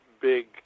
big